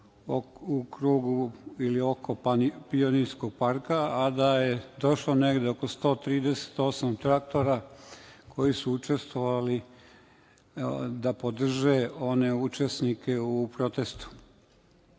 u krugu ili oko Pionirskog parka, a da je došlo negde oko 138 traktora koji su učestvovali da podrže one učesnike u protestu. Takođe,